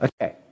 Okay